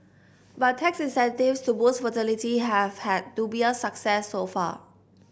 but tax incentives to boost fertility have had dubious success so far